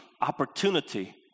opportunity